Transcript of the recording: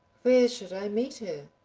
where should i meet her?